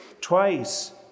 twice